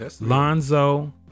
Lonzo